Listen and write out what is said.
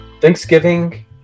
Thanksgiving